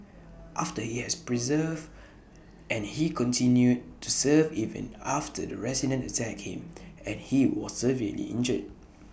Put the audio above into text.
after he has persevered and he continued to serve even after the resident attacked him and he was severely injured